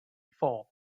four